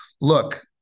look